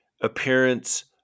appearance